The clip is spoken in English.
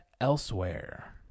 elsewhere